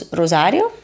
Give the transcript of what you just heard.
rosario